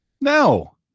No